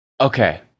Okay